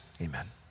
amen